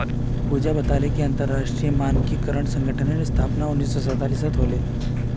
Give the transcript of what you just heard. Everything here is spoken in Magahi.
पूजा बताले कि अंतरराष्ट्रीय मानकीकरण संगठनेर स्थापना उन्नीस सौ सैतालीसत होले